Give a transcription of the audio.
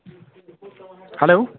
hello